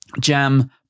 Jam